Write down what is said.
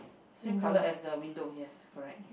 same color as the window yes correct